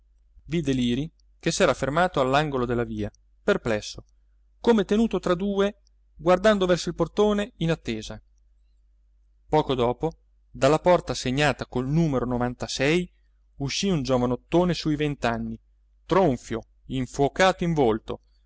vide liri che s'era fermato all'angolo della via perplesso come tenuto tra due guardando verso il portone in attesa poco dopo dalla porta segnata col numero uscì un giovanottone su i vent'anni tronfio infocato in volto